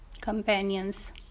companions